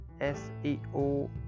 SEO